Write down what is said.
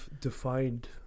defined